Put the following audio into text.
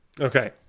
Okay